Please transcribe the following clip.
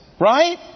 right